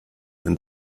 and